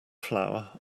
flour